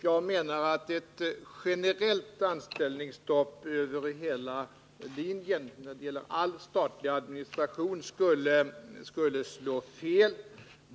Jag menar att ett generellt anställningsstopp när det gäller all statlig administration skulle slå fel.